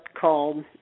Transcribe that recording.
called